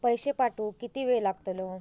पैशे पाठवुक किती वेळ लागतलो?